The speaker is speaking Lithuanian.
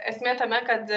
esmė tame kad